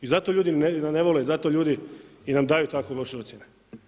I zato ljudi ne vole, zato ljudi i nam daju tako loše ocjene.